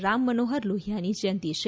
રામ મનોહર લોહિયાની જયંતિ છે